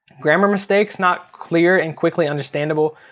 grammar mistakes, not clear and quickly understandable,